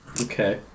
Okay